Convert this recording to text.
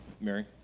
Mary